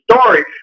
story